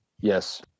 Yes